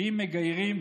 ואם מגיירים,